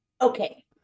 okay